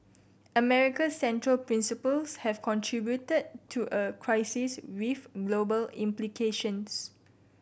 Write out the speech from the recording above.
America's central principles have contributed to a crisis with global implications